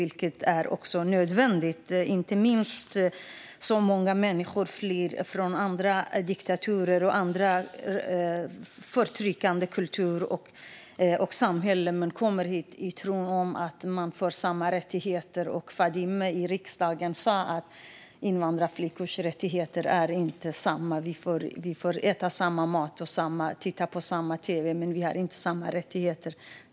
Det är nödvändigt, inte minst eftersom många människor flyr från diktaturer och från förtryckande kulturer och samhällen. Dessa människor kommer hit i tron att de ska få samma rättigheter, men Fadime sa i riksdagen att invandrarflickors rättigheter inte är desamma. De får äta samma mat och titta på samma tv, men de har inte samma rättigheter.